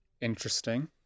Interesting